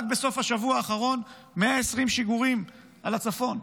רק בסוף השבוע האחרון, 120 שיגורים על הצפון.